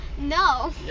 no